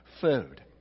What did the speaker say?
food